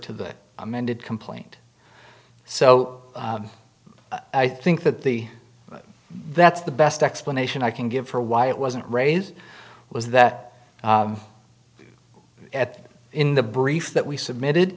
to the amended complaint so i think that the that's the best explanation i can give for why it wasn't raised was that at in the brief that we submitted